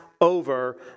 over